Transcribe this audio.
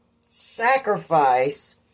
sacrifice